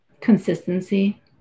Consistency